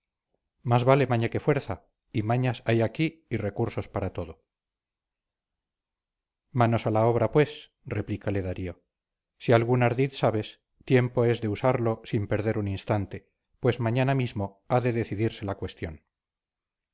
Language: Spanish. más vale maña que fuerza y mañas hay aquí y recursos para todo manos a la obra pues replícale darío si algún ardid sabes tiempo es de usarlo sin perder un instante pues mañana mismo ha de decidirse la cuestión